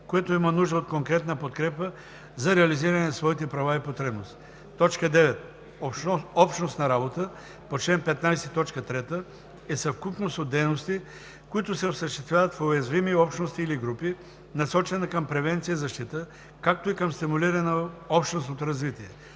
което има нужда от конкретна подкрепа за реализиране на своите права и потребности. 9. „Общностна работа“ по чл. 15, т. 3 е съвкупност от дейности, които се осъществяват в уязвими общности или групи, насочена към превенция и защита, както и към стимулиране на общностното развитие.